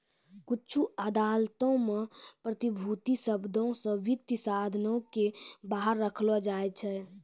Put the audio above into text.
कुछु अदालतो मे प्रतिभूति शब्दो से वित्तीय साधनो के बाहर रखलो जाय छै